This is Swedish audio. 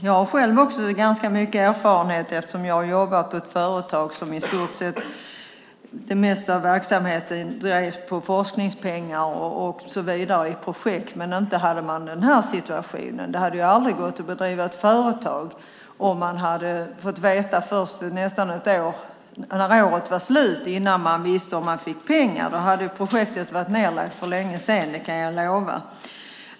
Jag har själv ganska mycket erfarenhet av detta eftersom jag har jobbat på ett företag där det mesta av verksamheten drivs med forskningspengar och så vidare i projekt. Men inte hade vi en sådan här situation. Det hade aldrig gått att driva ett företag om man hade fått veta först när året nästan var slut om man fick pengar. Då hade projektet varit nedlagt för länge sedan. Det kan jag lova.